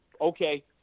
okay